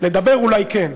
לדבר אולי כן,